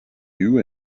you